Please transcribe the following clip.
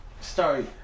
start